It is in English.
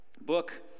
book